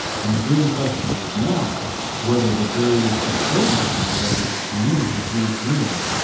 and the grim question was now whether the barriers could save us from whatever had come into the huge room.